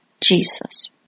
Jesus